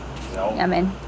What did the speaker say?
ya man